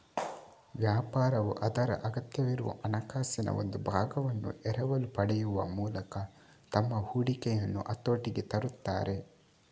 ವ್ಯಾಪಾರವು ಅದರ ಅಗತ್ಯವಿರುವ ಹಣಕಾಸಿನ ಒಂದು ಭಾಗವನ್ನು ಎರವಲು ಪಡೆಯುವ ಮೂಲಕ ತಮ್ಮ ಹೂಡಿಕೆಯನ್ನು ಹತೋಟಿಗೆ ತರುತ್ತಾರೆ